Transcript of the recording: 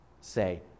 say